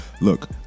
Look